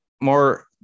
More